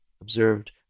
observed